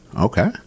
Okay